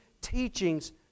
teachings